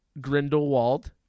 Grindelwald